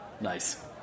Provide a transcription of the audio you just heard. Nice